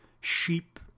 sheep